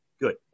Good